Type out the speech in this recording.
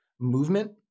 movement